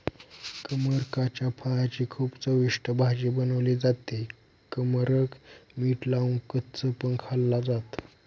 कमरकाच्या फळाची खूप चविष्ट भाजी बनवली जाते, कमरक मीठ लावून कच्च पण खाल्ल जात